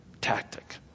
tactic